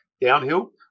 downhill